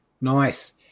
Nice